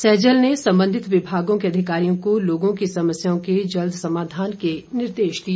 सैजल ने संबंधित विभागों के अधिकारियों को लोगों की समस्याओं के जल्द समाधान के निर्देश दिए